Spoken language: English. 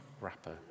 wrapper